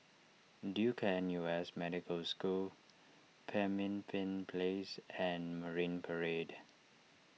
Duke N U S Medical School Pemimpin Place and Marine Parade